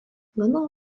gana